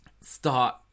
start